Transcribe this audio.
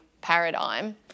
paradigm